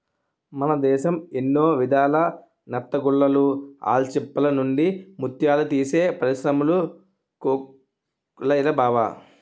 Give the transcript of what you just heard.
మన దేశం ఎన్నో విధాల నత్తగుల్లలు, ఆల్చిప్పల నుండి ముత్యాలు తీసే పరిశ్రములు కోకొల్లలురా బావా